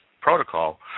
protocol